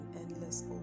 endless